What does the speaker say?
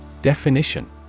Definition